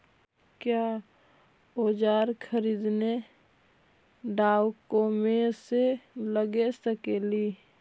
क्या ओजार खरीदने ड़ाओकमेसे लगे सकेली?